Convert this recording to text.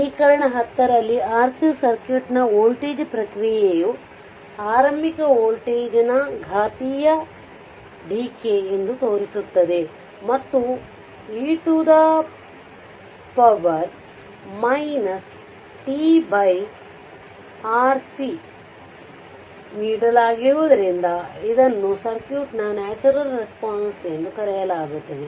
ಸಮೀಕರಣ 10 ರಲ್ಲಿ RC circuit ನ ವೋಲ್ಟೇಜ್ ಪ್ರತಿಕ್ರಿಯೆಯು ಆರಂಭಿಕ ವೋಲ್ಟೇಜ್ ನ ಘಾತೀಯ ಡಿಕೇ ಎಂದು ತೋರಿಸುತ್ತದೆ ಮತ್ತು e tRC ನೀಡಲಾಗಿರುವುದರಿಂದ ಇದನ್ನು ಸರ್ಕ್ಯೂಟ್ ನ ನ್ಯಾಚುರಲ್ ರೆಸ್ಪಾನ್ಸ್ ಎಂದು ಕರೆಯಲಾಗುತ್ತದೆ